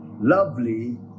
Lovely